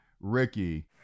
Ricky